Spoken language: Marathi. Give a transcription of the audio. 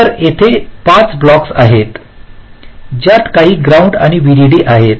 तर येथे पाच ब्लॉक्स आहेत ज्यात काही ग्राउंड आणि व्हीडीडी आहेत